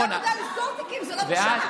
גם לדעת לסגור תיקים זו לא בושה.